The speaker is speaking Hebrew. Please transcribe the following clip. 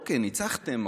ניצחתם,